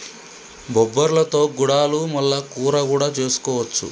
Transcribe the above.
బొబ్బర్లతో గుడాలు మల్ల కూర కూడా చేసుకోవచ్చు